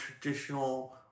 traditional